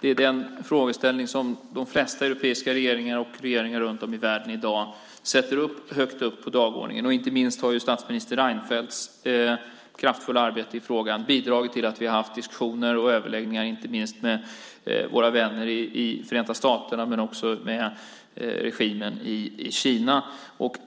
Det är en frågeställning de flesta europeiska regeringar och regeringar runt om i världen i dag sätter högt upp på dagordningen. Inte minst har statsminister Reinfeldts kraftfulla arbete i frågan bidragit till diskussioner och överläggningar med våra vänner i Förenta staterna men också med regimen i Kina.